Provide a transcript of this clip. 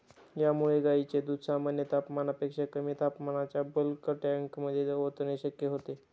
यामुळे गायींचे दूध सामान्य तापमानापेक्षा कमी तापमानाच्या बल्क टँकमध्ये ओतणे शक्य होते